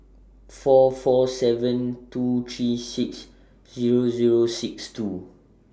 four four seven two three six Zero Zero six two